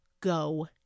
go